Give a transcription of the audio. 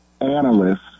analyst